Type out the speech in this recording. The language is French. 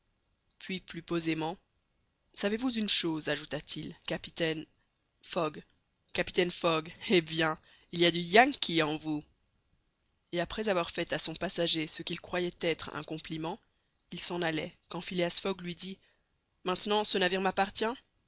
puis plus posément savez-vous une chose ajouta-t-il capitaine fogg capitaine fogg eh bien il y a du yankee en vous et après avoir fait à son passager ce qu'il croyait être un compliment il s'en allait quand phileas fogg lui dit maintenant ce navire m'appartient